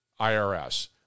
irs